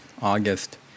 August